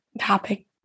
topic